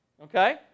Okay